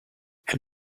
have